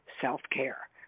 self-care